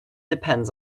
depends